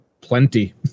plenty